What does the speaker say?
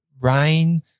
rain